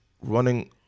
running